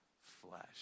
flesh